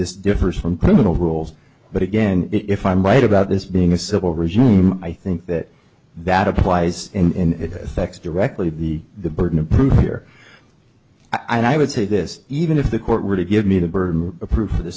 this differs from criminal rules but again if i'm right about this being a civil regime i think that that applies in text directly the burden of proof here i mean i would say this even if the court were to give me the burden of proof for the